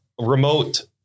remote